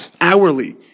hourly